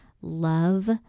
love